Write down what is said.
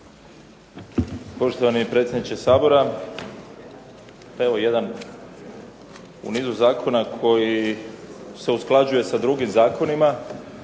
Poštovani predsjedniče Sabora, evo jedan u nizu zakona koji se usklađuje sa drugim zakonima,